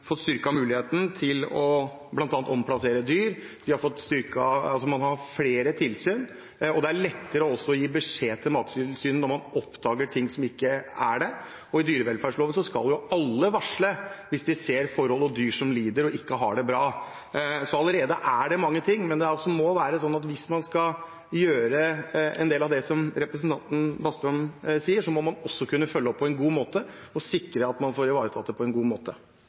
muligheten til bl.a. å omplassere dyr. Man har flere tilsyn, og det er også lettere å gi beskjed til Mattilsynet når man oppdager noe som ikke er som det skal. Etter dyrevelferdsloven skal alle varsle hvis de ser forhold der dyr lider og ikke har det bra. Det er allerede mange ting på plass. Men det må være sånn at hvis man skal gjøre en del av det som representanten Bastholm sier, må man også kunne følge det opp på en god måte og sikre at man får ivaretatt det på en god måte.